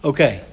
Okay